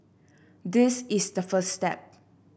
this is the first step